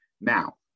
Now